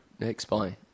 Explain